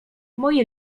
moje